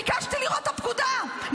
ביקשתי לראות את הפקודה,